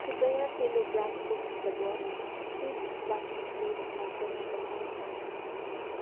कृपया सेलो ब्रान्डको mister bus swift plastic cloth hanger नपठाउनुहोस्